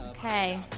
Okay